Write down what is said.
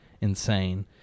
insane